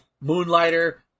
Moonlighter